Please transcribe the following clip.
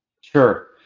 Sure